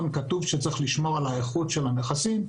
כתוב שצריך לשמור על איכות הנכסים.